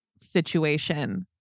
situation